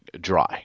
dry